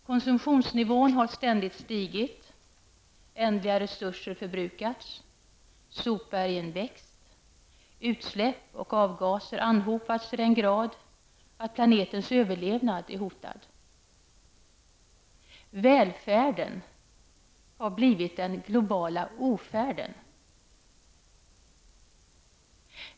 Konsumtionsnivån har ständigt stigit, ändliga resurser förbrukats, sopbergen växt, utsläpp och avgaser anhopats till den grad att planetens överlevnad är hotad. Välfärden har blivit den globala ofärden.